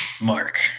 Mark